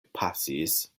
pasis